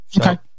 Okay